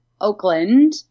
Oakland